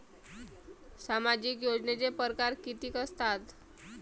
सामाजिक योजनेचे परकार कितीक असतात?